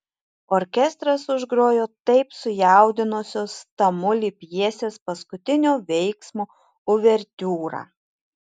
orkestras užgrojo taip sujaudinusios tamulį pjesės paskutinio veiksmo uvertiūrą